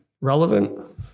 relevant